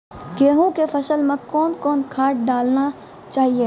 गेहूँ के फसल मे कौन कौन खाद डालने चाहिए?